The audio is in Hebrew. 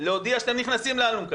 להודיע שאתם נכנסים לאלונקה.